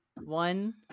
one